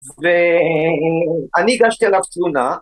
‫ואני הגשתי עליו תלונה.